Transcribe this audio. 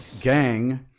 gang